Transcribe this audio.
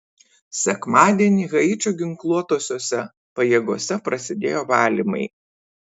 sekmadienį haičio ginkluotosiose pajėgose prasidėjo valymai